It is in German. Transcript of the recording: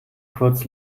kurz